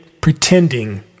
pretending